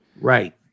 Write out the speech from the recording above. Right